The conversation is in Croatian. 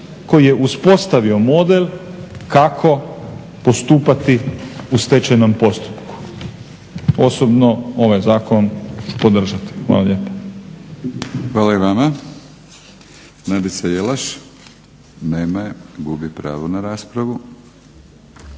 koji je uspostavio model kako postupati u stečajnom postupku, osobno ovaj zakon podržati. Hvala lijepa. **Batinić, Milorad (HNS)** Hvala i vama. Nadica Jelaš. Nema je, gubi pravo na raspravu.